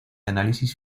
análisis